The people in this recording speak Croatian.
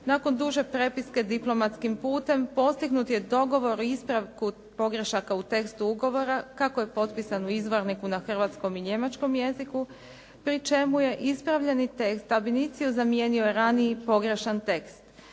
nakon duže prepiske diplomatskim putem postignut je dogovor o ispravku u tekstu ugovora kako je potpisan u izvorniku na hrvatskom i njemačkom jeziku, pri čemu je ispravljeni tekst definiciju zamijenio raniji pogrešan tekst.